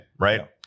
right